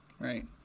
Right